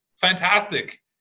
Fantastic